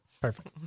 Perfect